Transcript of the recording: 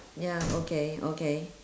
ya okay okay